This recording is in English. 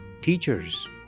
teachers